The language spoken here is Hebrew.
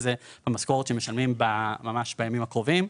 בזה במשכורת שהם משלמים ממש בימים הקרובים,